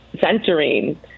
centering